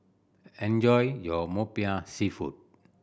enjoy your Popiah Seafood